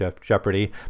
jeopardy